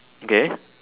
okay